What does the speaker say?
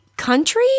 country